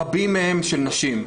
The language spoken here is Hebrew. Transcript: רבים מהם של נשים.